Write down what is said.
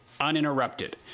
uninterrupted